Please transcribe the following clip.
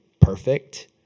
perfect